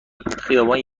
خیابان